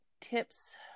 tips